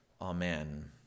Amen